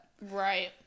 Right